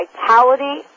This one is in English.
vitality